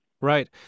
Right